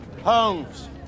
Homes